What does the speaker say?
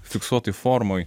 fiksuotoj formoj